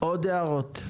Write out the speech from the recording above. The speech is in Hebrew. עוד הערות.